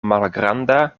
malgranda